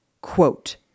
quote